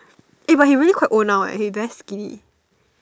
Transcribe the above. eh but he really quite old now eh he very skinny